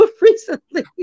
recently